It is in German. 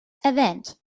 erwähnt